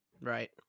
Right